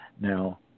Now